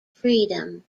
freedom